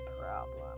problem